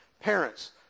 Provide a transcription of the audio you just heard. parents